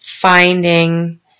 finding